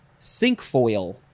sinkfoil